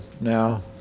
now